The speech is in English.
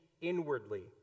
inwardly